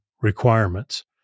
requirements